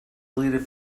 deleted